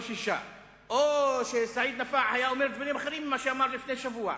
לא 6. או שסעיד נפאע היה אומר דברים אחרים ממה שאמר לפני שבוע.